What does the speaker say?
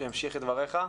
שימשיך את דבריך.